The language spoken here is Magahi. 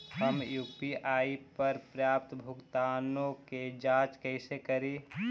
हम यु.पी.आई पर प्राप्त भुगतानों के जांच कैसे करी?